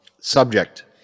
subject